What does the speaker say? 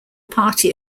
party